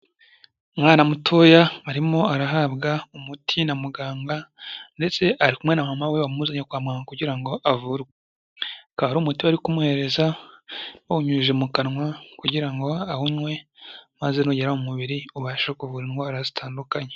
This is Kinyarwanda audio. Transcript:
Umwana mutoya arimo arahabwa umuti na muganga ndetse ari kumwe na mama we wamuzanye kwa muganga kugira ngo avurwe, akaba ari umuti bari kumuhereza bawunyujije mu kanwa kugira ngo ahunywe maze nugera mu mubiri ubashe kuvura indwara zitandukanye.